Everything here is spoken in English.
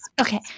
Okay